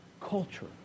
Culture